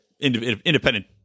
independent